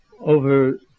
over